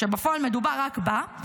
כשבפועל מדובר רק בה.